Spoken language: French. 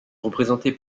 représenté